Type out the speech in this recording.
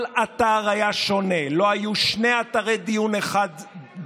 כל אתר היה שונה, לא היו שני אתרי דיון דומים.